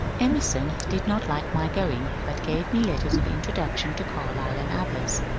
emerson did not like my going, but gave me letters of introduction to carlyle and others.